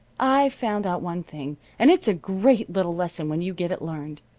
i've found out one thing, and it's a great little lesson when you get it learned.